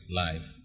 life